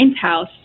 house